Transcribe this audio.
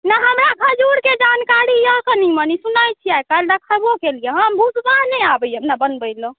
ओना हमरा खजूरके जानकारी यऽ कनि मनि सुनै छियै ओकरा देखबो केलियै हम भुसबा नहि आबैया हमरा बनबय लए